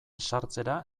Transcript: sartzera